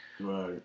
Right